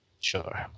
Sure